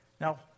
Now